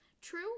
True